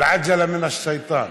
אל-עג'לה מן א-שיטאן.